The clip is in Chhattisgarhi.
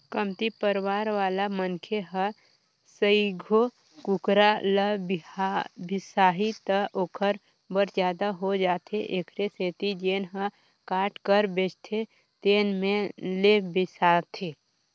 कमती परवार वाला मनखे ह सइघो कुकरा ल बिसाही त ओखर बर जादा हो जाथे एखरे सेती जेन ह काट कर बेचथे तेन में ले बिसाथे